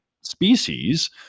species